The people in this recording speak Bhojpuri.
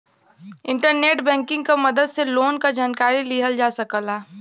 इंटरनेट बैंकिंग क मदद से लोन क जानकारी लिहल जा सकला